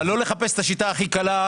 לא לחפש את השיטה הכי קלה,